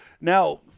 now